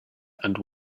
and